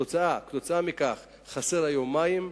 עקב כך חסרים היום מים,